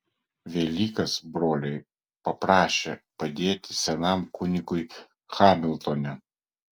velykas broliai paprašė padėti senam kunigui hamiltone